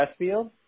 Pressfield